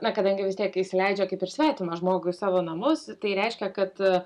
na kadangi vis tiek įsileidžia kaip ir svetimą žmogų į savo namus tai reiškia kad